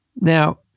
Now